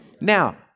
Now